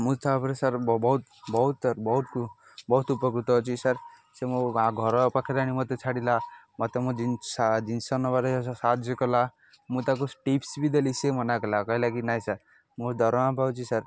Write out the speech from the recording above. ମୁଁ ତା'ପରେ ସାର୍ ବହୁତ ବହୁତ ବହୁତ ବହୁତ ଉପକୃତ ଅଛି ସାର୍ ସେ ମୋ ଘର ପାଖରେ ଆଣି ମୋତେ ଛାଡ଼ିଲା ମୋତେ ମୋ ଜିନିଷ ନେବାର ସାହାଯ୍ୟ କଲା ମୁଁ ତା'କୁ ଟିପ୍ସ ବି ଦେଲି ସେ ମନା କଲା କହିଲା କିି ନାଇଁ ସାର୍ ମୋ ଦରମା ପାଉଛି ସାର୍